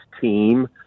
team